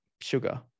sugar